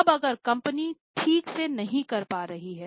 अब अगर कंपनी ठीक से नहीं कर रही है